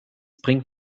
bringt